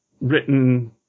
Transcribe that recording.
written